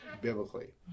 biblically